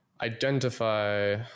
identify